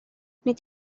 nid